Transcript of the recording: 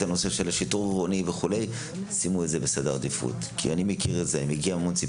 אני מגיע מהמוניציפלי ואני מכיר את זה.